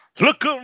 Look